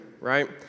right